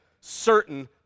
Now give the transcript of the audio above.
certain